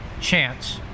chance